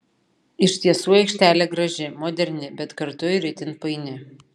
iš tiesų aikštelė graži moderni bet kartu ir itin paini